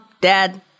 dad